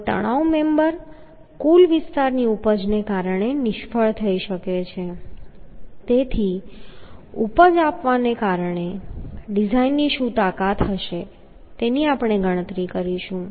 હવે તણાવ મેમ્બર કુલ વિસ્તારની ઉપજને કારણે નિષ્ફળ થઈ શકે છે તેથી ઉપજ આપવાને કારણે ડિઝાઇનની તાકાત શું હશે તેની આપણે ગણતરી કરીશું